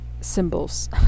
symbols